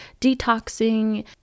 detoxing